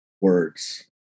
words